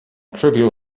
trivial